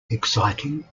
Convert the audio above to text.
exciting